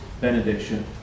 benediction